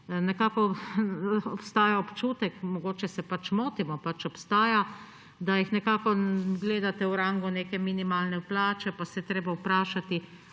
Nekako obstaja občutek, mogoče se pač motimo, pač obstaja, da jih nekako gledate v rangu neke minimalne plače. Pa se je treba vprašati,